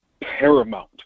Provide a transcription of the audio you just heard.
paramount